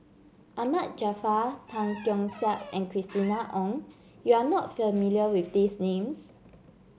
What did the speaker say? Ahmad Jaafar Tan Keong Saik and Christina Ong you are not familiar with these names